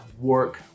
work